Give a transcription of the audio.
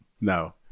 no